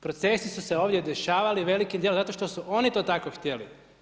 Procesi su se ovdje dešavali velikim dijelom zato što su oni to tako htjeli.